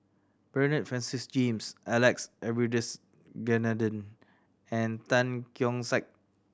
Bernard Francis James Alex Abisheganaden and Tan Keong Saik